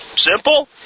Simple